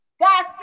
God